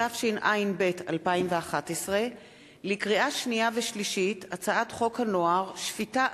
התשע”ב 2011. לקריאה שנייה ולקריאה שלישית: הצעת חוק הנוער (שפיטה,